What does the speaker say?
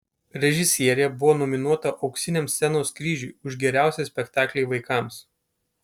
režisierė buvo nominuota auksiniam scenos kryžiui už geriausią spektaklį vaikams